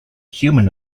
human